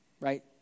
right